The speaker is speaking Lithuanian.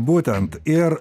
būtent ir